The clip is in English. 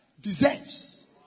deserves